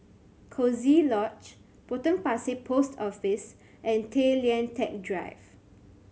Coziee Lodge Potong Pasir Post Office and Tay Lian Teck Drive